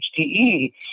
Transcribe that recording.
HTE